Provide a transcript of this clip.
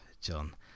john